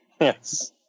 Yes